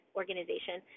organization